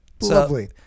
Lovely